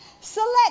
Select